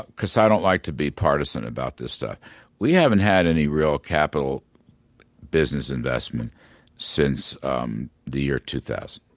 because i don't like to be partisan about this stuff we haven't had any real capital business investment since um the year two thousand,